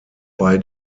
bei